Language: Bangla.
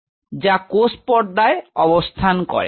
এগুলি হল সংযোজনকারী প্রোটিন যা কোষপর্দায় অবস্থান করে